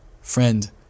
Friend